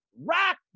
rock